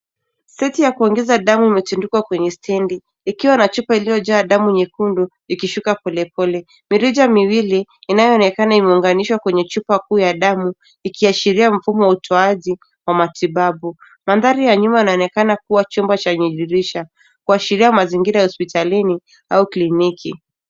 Seti ya kuongeza damu imetendukwa kwenye stendi. Ikiwa na chupa ilioja damu nyekundu, ikishuka polepole. Mirija miwili inayonekana imunganishwa kwenye chupa kuya damu, ikiyashiria mfumo wa utoaji wa matibabu. Mandhari ya nyuma inaonekana kuwa chumba chanye dirisha, kuashiria mazingira hospitalini au kliniki.